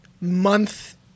month